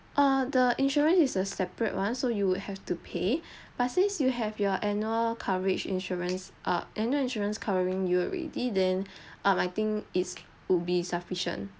err the insurance is a separate one so you would have to pay but since you have your annual coverage insurance ah annual insurance covering you already then uh I think it would be sufficient